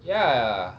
ya